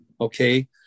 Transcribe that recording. okay